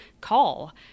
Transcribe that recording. call